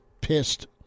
pissed